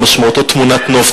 משמעותו תמונת נוף,